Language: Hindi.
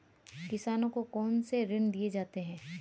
किसानों को कौन से ऋण दिए जाते हैं?